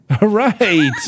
Right